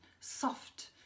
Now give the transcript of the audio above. soft